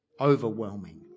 overwhelming